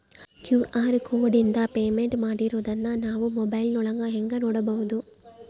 QR ಕೋಡಿಂದ payment ಮಾಡಿರೋದನ್ನ ನಾವು ಮೊಬೈಲಿನೊಳಗ ಹೆಂಗ ನೋಡಬಹುದು?